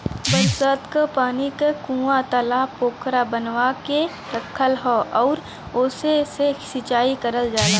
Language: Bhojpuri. बरसात क पानी क कूंआ, तालाब पोखरा बनवा के रखल हौ आउर ओसे से सिंचाई करल जाला